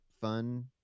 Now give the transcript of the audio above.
fun